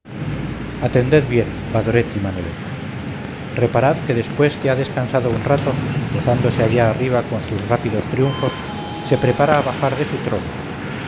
atended bien badoret y manalet reparad que después que ha descansado un rato gozándose allá arriba con sus rápidos triunfos se prepara a bajar de su trono